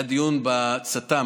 היה דיון בצט"מ,